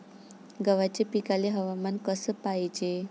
गव्हाच्या पिकाले हवामान कस पायजे?